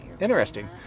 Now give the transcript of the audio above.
interesting